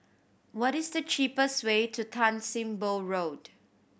what is the cheapest way to Tan Sim Boh Road